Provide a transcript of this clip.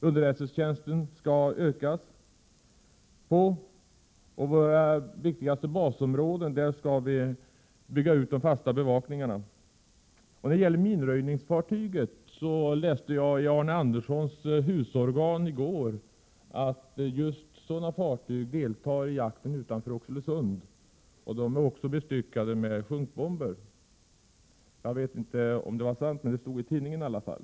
Underrättelsetjänsten skall förstärkas och i våra viktigaste basområden skall de fasta bevakningarna byggas ut. Beträffande anskaffande av ytterligare minröjningsfartyg, så läste jag i går i Arne Anderssons husorgan att just sådana fartyg deltar i ubåtsjakten utanför Oxelösund. De är också bestyckade med sjunkbomber. Jag vet inte om detta är sant, men det stod i alla fall så i tidningen.